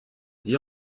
dit